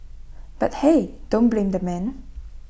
but hey don't blame the man